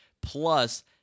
plus